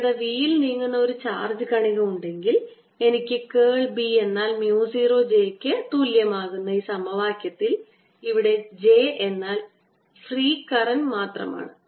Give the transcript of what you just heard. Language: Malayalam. വേഗത v യിൽ നീങ്ങുന്ന ഒരു ചാർജ്ജ് കണിക ഉണ്ടെങ്കിൽ എനിക്ക് കേൾ B എന്നാൽ mu 0 J ക്ക് തുല്യമാകുന്ന ഈ സമവാക്യത്തിൽ ഇവിടെ J എന്നാൽ ഫ്രീ കറന്റ് മാത്രമാണ്